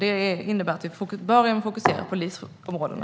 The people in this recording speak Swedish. Det innebär att var och en fokuserar på LIS-områdena.